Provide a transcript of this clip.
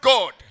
God